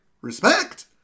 respect